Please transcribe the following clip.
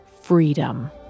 freedom